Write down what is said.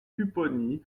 pupponi